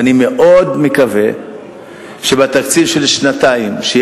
ואני מאוד מקווה שבתקציב של שנתיים תהיה